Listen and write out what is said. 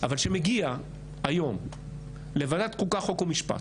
אבל כשמגיע היום לוועדת חוקה חוק ומשפט